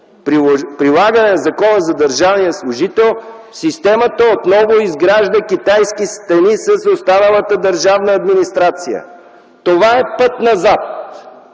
прилагане на Закона за държавния служител, системата отново изгражда китайски стени с останалата държавна администрация. Това е път назад